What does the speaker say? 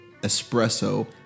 espresso